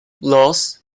laws